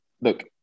look